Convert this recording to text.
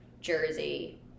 Jersey